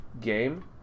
game